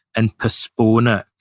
and postpone ah